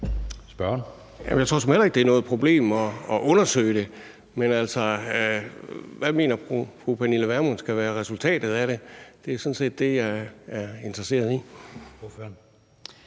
Jeg tror såmænd heller ikke, at det er noget problem at undersøge det, men hvad mener fru Pernille Vermund skal være resultatet af det? Det er sådan set det, jeg er interesseret i.